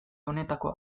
honetako